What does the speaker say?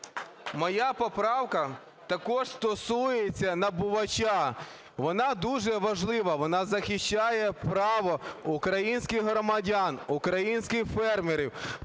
моя поправка також стосується набувача. Вона дуже важлива, вона захищає право українських громадян, українських фермерів,